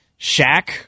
Shaq